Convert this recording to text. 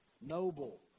noble